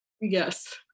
Yes